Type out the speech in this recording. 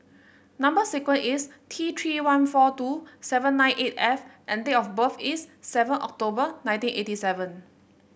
number sequence is T Three one four two seven nine eight F and date of birth is seven October nineteen eighty seven